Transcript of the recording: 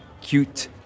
cute